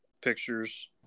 pictures